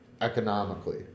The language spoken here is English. economically